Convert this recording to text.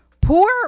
poor